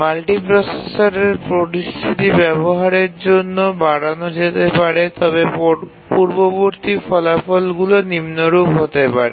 multiprocessor পরিস্থিতি ব্যবহারের জন্য বাড়ানো যেতে পারে এমন পূর্ববর্তী ফলাফলগুলি নিম্নরূপ হতে পারে